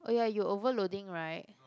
oh ya you overloading right